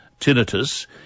tinnitus